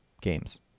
games